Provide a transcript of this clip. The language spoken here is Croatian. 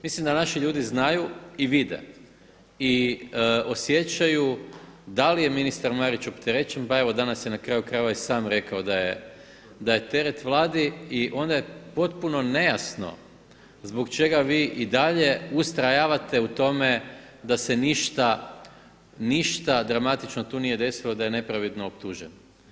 Mislim da naši ljudi znaju i vide i osjećaju da li je ministar Marić opterećen, pa evo danas je na kraju krajeva i sam rekao da je teret Vladi i onda je potpuno nejasno zbog čega vi i dalje ustrajavate u tome da se ništa dramatično tu nije desilo da je nepravedno optužen.